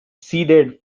seeded